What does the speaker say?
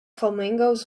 flamingos